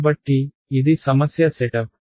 కాబట్టి ఇది సమస్య సెటప్